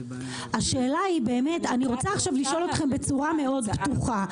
אני רוצה עכשיו לשאול אתכם בצורה מאוד פתוחה.